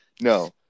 no